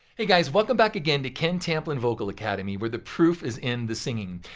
hey guys welcome back again to ken tamplin vocal academy where the proof is in the singing.